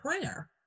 prayer